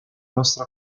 nostra